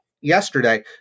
yesterday